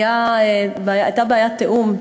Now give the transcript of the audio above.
הייתה בעיית תיאום.